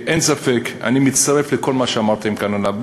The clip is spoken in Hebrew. אין ספק, אני מצטרף לכל מה שאמרתם כאן עליו.